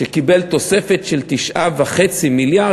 שקיבל תוספת של 9.5 מיליארד.